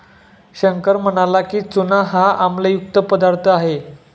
शंकर म्हणाला की, चूना हा आम्लयुक्त पदार्थ आहे